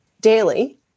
daily